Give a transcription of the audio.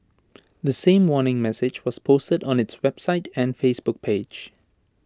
the same warning message was posted on its website and Facebook page